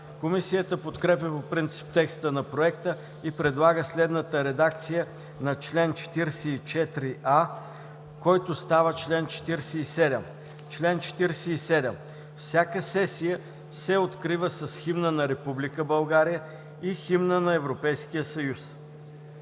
Комисията подкрепя по принцип текста на проекта и предлага следната редакция за чл. 44а, който става чл. 47: „Чл. 47. Всяка сесия се открива с химна на Република